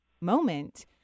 moment